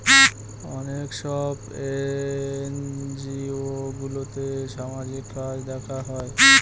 অনেক সব এনজিওগুলোতে সামাজিক কাজ দেখা হয়